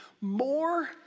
more